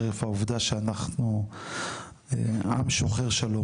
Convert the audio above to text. חרף העובדה שאנחנו עם שוחר שלום